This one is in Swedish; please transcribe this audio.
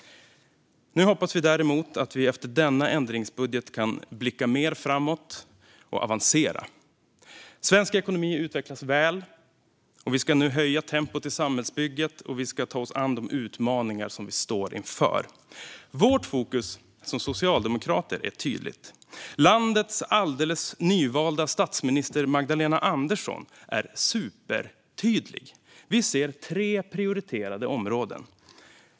Nu hoppas vi däremot att vi efter denna ändringsbudget kan blicka mer framåt och avancera. Svensk ekonomi utvecklas väl, och vi ska nu höja tempot i samhällsbygget och ta oss an de utmaningar som vi står inför. Vårt fokus som socialdemokrater är tydligt, och landets alldeles nyvalda statsminister Magdalena Andersson är supertydlig. Vi ser tre prioriterade områden.